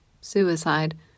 suicide